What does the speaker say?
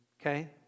Okay